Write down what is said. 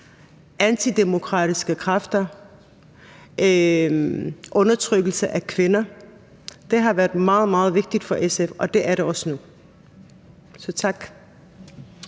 antidemokratiske kræfter, undertrykkelse af kvinder. Det har været meget, meget vigtigt for SF, og det er det også nu, så tak.